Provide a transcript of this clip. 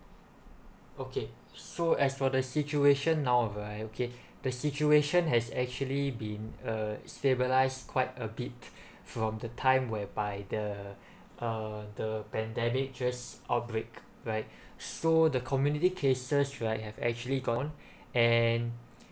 okay so as for the situation now right okay the situation has actually been uh stabilize quite a bit from the time whereby the uh the pandemic just outbreak right so the community cases right have actually gone and